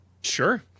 Sure